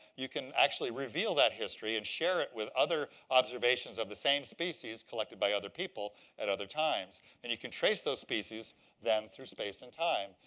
you can actually reveal that history and share it with other observations of the same species collected by other people at other times. and you can trace those species then through space and time.